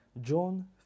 John